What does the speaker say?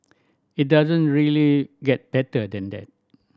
it doesn't really get better than that